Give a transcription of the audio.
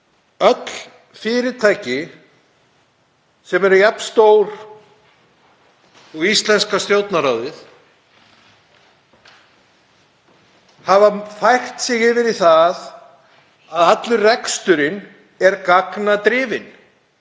öll fyrirtæki sem eru jafnstór og íslenska Stjórnarráðið hafa fært sig yfir í það að allur reksturinn er gagnadrifinn.